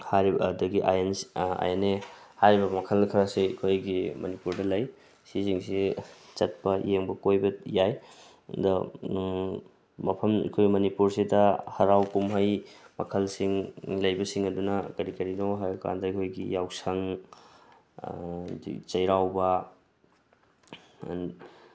ꯍꯥꯏꯔꯤꯕ ꯑꯗꯒꯤ I N I N A ꯍꯥꯏꯔꯤꯕ ꯃꯈꯜ ꯈꯔꯁꯤ ꯑꯩꯈꯣꯏꯒꯤ ꯃꯅꯤꯄꯨꯔꯗ ꯂꯩ ꯁꯤꯁꯤꯡꯁꯤ ꯆꯠꯄ ꯌꯦꯡꯕ ꯀꯣꯏꯕ ꯌꯥꯏ ꯑꯗꯣ ꯃꯐꯝ ꯑꯩꯈꯣꯏ ꯃꯅꯤꯄꯨꯔꯁꯤꯗ ꯍꯔꯥꯎ ꯀꯨꯝꯍꯩ ꯃꯈꯜꯁꯤꯡ ꯂꯩꯕꯁꯤꯡ ꯑꯗꯨꯅ ꯀꯔꯤ ꯀꯔꯤꯅꯣ ꯍꯥꯏꯕ ꯀꯥꯟꯗ ꯑꯩꯈꯣꯏꯒꯤ ꯌꯥꯎꯁꯪ ꯑꯗꯩ ꯆꯩꯔꯥꯎꯕ